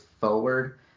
forward